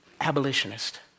abolitionist